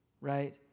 right